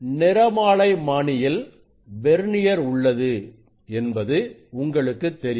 நிறமாலைமானியில் vernier உள்ளது என்பது உங்களுக்குத் தெரியும்